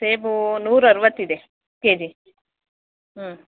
ಸೇಬು ನೂರಾ ಅರವತ್ತು ಇದೆ ಕೆಜಿ ಹ್ಞೂ